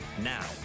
Now